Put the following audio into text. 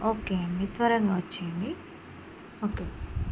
okay అండి త్వరగా వచ్చేయండి ఓకే